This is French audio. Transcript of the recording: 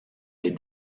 des